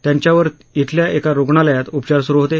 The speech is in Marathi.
त्यांच्यावर इथल्या एका रुग्णालयात उपचार सुरू होते